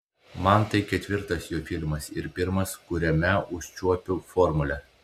man tai ketvirtas jo filmas ir pirmas kuriame užčiuopiu formulę